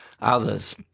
others